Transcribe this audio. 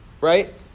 Right